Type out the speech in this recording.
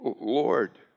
Lord